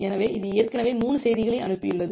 எனவே இது ஏற்கனவே 3 செய்திகளை அனுப்பியுள்ளது